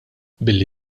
billi